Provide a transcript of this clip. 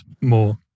more